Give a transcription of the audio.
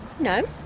No